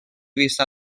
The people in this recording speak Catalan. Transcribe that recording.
vista